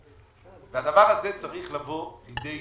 הדבר הזה צריך לבוא לידי